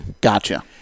Gotcha